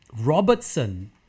Robertson